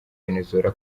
venezuela